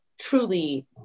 truly